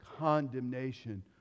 condemnation